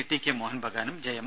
TK മോഹൻ ബഗാനും ജയം